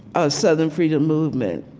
ah southern freedom movement